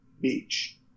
beach